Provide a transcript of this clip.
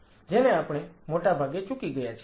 જેને આપણે મોટાભાગે ચૂકી ગયા છીએ